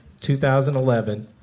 2011